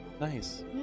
nice